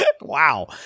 Wow